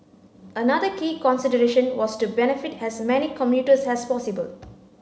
another key consideration was to benefit as many commuters as possible